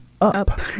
up